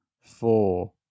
four